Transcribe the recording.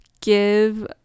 give